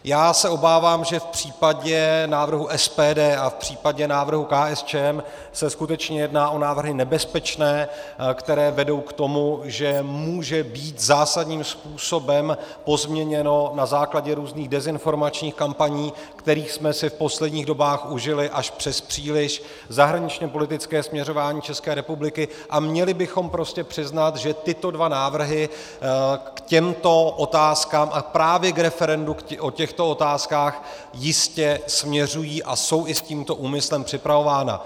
Já se obávám, že v případě návrhu SPD a v případě návrhu KSČM se skutečně jedná o návrhy nebezpečné, které vedou k tomu, že může být zásadním způsobem pozměněno na základě různých dezinformačních kampaní, kterých jsme si v posledních dobách užili až přespříliš, zahraničněpolitické směřování České republiky, a měli bychom prostě přiznat, že tyto dva návrhy k těmto otázkám a právě k referendu o těchto otázkách jistě směřují a jsou i s tímto úmyslem připravovány.